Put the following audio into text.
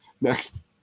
Next